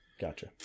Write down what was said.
gotcha